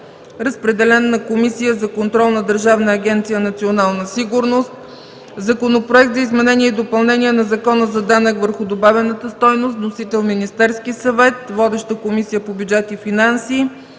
разпределен е на Комисията за контрол на Държавна агенция „Национална сигурност”; - Законопроект за изменение и допълнение на Закона за данък върху добавената стойност, вносител е Министерският съвет, водеща е Комисията по бюджет и финанси,